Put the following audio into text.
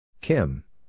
Kim